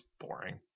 boring